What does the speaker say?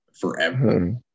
forever